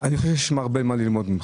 יש הרבה מה ללמוד ממך.